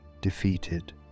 defeated